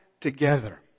together